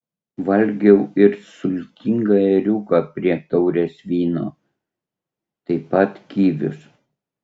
valgiau ir sultingą ėriuką prie taurės vyno taip pat kivius